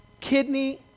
kidney